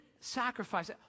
sacrifice